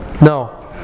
No